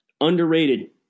underrated